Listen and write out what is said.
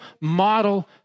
model